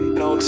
no